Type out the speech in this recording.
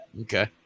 Okay